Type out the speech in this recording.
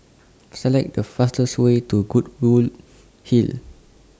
Select The fastest Way to Goodwood Hill